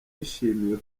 yishimiwe